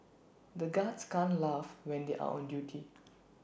the guards can't laugh when they are on duty